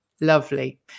Lovely